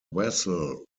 vessel